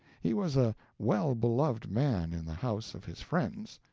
he was a well-beloved man in the house of his friends,